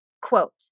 quote